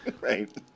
Right